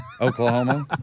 Oklahoma